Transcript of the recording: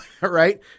right